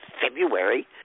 February